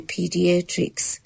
Pediatrics